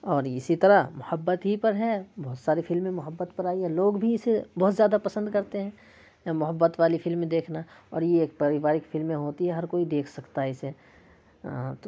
اور اسی طرح محبت ہی پر ہے بہت ساری فلمیں محبت پر آئی ہے لوگ بھی اسے بہت زیادہ پسند کرتے ہیں محبت والی فلم دیکھنا اور یہ اک پریوارک فلمیں ہوتی ہے ہر کوئی دیکھ سکتا ہے اسے